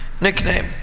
nickname